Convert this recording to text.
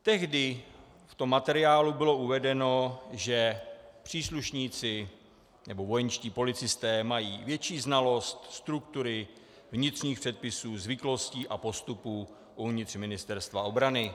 Tehdy v tom materiálu bylo uvedeno, že příslušníci, nebo vojenští policisté, mají větší znalost struktury, vnitřních předpisů, zvyklostí a postupů uvnitř Ministerstva obrany.